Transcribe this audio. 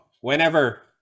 whenever